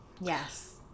Yes